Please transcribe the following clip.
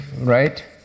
right